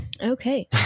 Okay